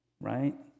right